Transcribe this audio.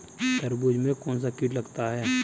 तरबूज में कौनसा कीट लगता है?